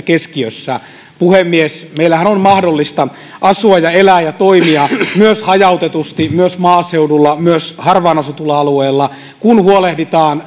keskiössä puhemies meillähän on mahdollista asua ja elää ja toimia myös hajautetusti myös maaseudulla myös harvaanasutuilla alueilla kun huolehditaan